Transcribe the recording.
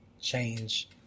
change